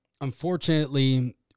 unfortunately